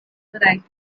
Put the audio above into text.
variety